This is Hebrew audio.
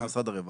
זה משרד הרווחה,